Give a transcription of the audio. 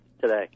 today